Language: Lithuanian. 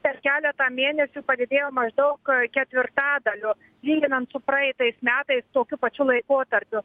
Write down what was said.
per keletą mėnesių padidėjo maždaug ketvirtadaliu lyginant su praeitais metais tokiu pačiu laikotarpiu